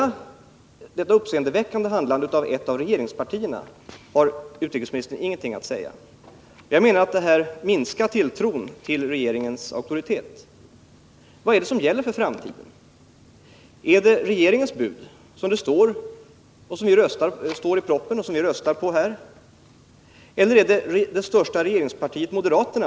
Om detta uppseendeväckande handlande av ett av regeringspartierna har utrikesministern ingenting att säga. Jag menar att detta minskar tilltron till regeringens auktoritet. Vad är det som gäller för framtiden? Är det regeringens bud som det framförs i propositionen och som vi skall rösta på eller är det vad som sägs från det största regeringspartiet, moderaterna?